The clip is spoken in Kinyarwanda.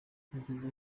ntekereza